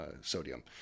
sodium